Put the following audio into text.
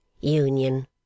union